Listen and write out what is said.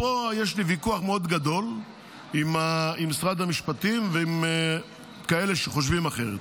פה יש לי ויכוח גדול מאוד עם משרד המשפטים ועם כאלה שחושבים אחרת.